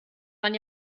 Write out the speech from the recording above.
man